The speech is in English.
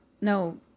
no